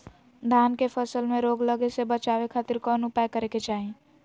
धान के फसल में रोग लगे से बचावे खातिर कौन उपाय करे के चाही?